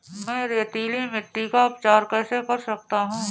मैं रेतीली मिट्टी का उपचार कैसे कर सकता हूँ?